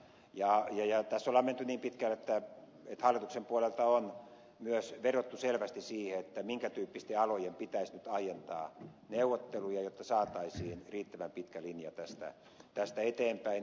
tässä ollaan menty niin pitkälle että hallituksen puolelta on myös vedottu selvästi siihen että minkä tyyppisten alojen pitäisi nyt aientaa neuvotteluja jotta saataisiin riittävän pitkä linja tästä eteenpäin